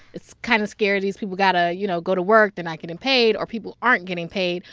it's kind of scary. these people got to, you know, go to work. they're not getting paid, or people aren't getting paid.